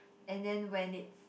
and then when it's